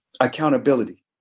accountability